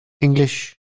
English